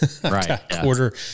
quarter